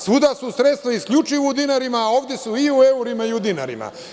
Svuda su sredstva isključivo u dinarima, a ovde su i u eurima i u dinarima.